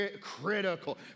critical